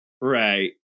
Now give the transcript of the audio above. Right